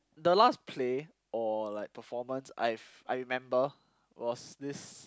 the last play or like performance I've I remember was this